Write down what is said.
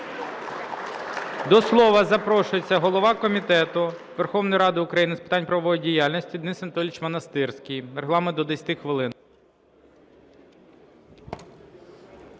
До слова запрошується голова Комітету Верховної Ради України з питань правової діяльності Денис Анатолійович Монастирський. Регламент – до 10 хвилин.